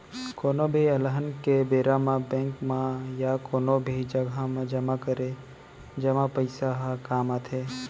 कोनो भी अलहन के बेरा म बेंक म या कोनो भी जघा म जमा करे जमा पइसा ह काम आथे